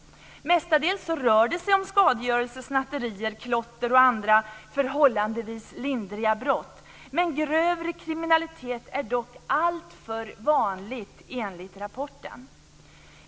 Mestadels rör det sig om skadegörelse, snatterier, klotterier och andra förhållandevis lindriga brott, men grövre kriminalitet är dock alltför vanligt, enligt rapporten.